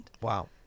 wow